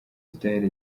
style